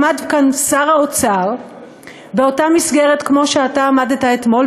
עמד כאן שר האוצר באותה מסגרת כמו שאתה עמדת אתמול,